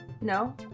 No